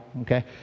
okay